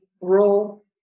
role